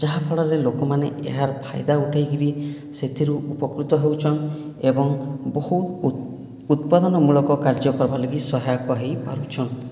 ଯାହାଫଳରେ ଲୋକମାନେ ଏହାର୍ ଫାଇଦା ଉଠେଇକିରି ସେଥିରୁ ଉପକୃତ ହେଉଛନ୍ ଏବଂ ବହୁତ ଉତ୍ପାଦନମୂଳକ କାର୍ଯ୍ୟ କର୍ବାର୍ ଲାଗି ସହାୟକ ହେଇପାରୁଛନ୍